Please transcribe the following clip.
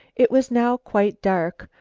it was now quite dark,